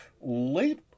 late